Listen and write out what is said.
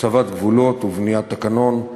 הצבת גבולות ובניית תקנון,